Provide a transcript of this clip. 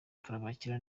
tubakira